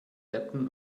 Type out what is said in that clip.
happen